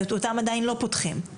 ואותם עדיין לא פותחים,